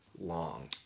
long